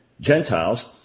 Gentiles